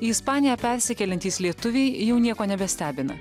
į ispaniją persikeliantys lietuviai jau nieko nebestebina